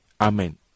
Amen